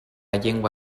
llengua